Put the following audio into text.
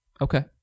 Okay